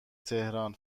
تهران